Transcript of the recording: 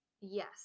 yes